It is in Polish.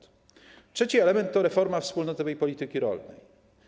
Trzeci element to reforma wspólnotowej polityki rolnej.